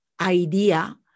idea